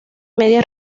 media